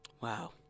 Wow